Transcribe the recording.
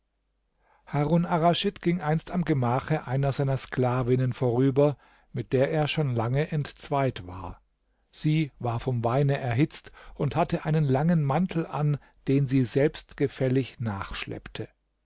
harun arraschid ging einst am gemache einer seiner sklavinnen vorüber mit der er schon lange entzweit war sie war vom weine erhitzt und hatte einen langen mantel an den sie selbstgefällig